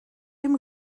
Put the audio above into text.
dem